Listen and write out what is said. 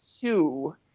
two